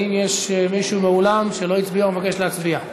האם יש מישהו באולם שלא הצביע ומבקש להצביע?